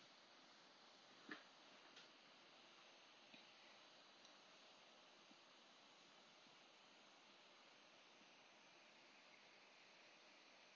!huh!